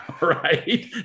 right